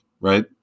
right